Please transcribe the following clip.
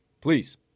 please